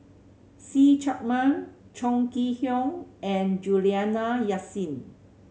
See Chak Mun Chong Kee Hiong and Juliana Yasin